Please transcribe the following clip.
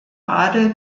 adel